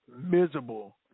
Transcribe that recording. miserable